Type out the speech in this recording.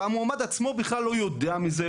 המועמד עצמו לא יודע מזה,